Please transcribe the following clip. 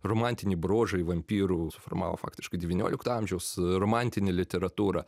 romantiniai bruožai vampyrų suformavo faktiškai devyniolikto amžiaus romantinė literatūra